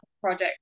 project